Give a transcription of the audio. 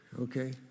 Okay